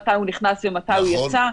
מתי הוא נכנס ומתי הוא יצא --- נכון.